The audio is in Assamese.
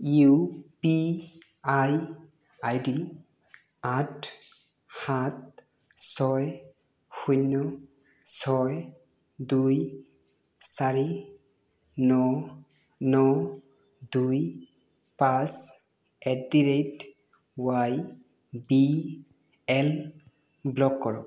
ইউ পি আই আইডি আঠ সাত ছয় শূন্য ছয় দুই চাৰি ন ন দুই পাঁচ at the rate Y B L block কৰক